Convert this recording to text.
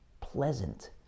pleasant